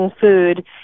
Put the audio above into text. food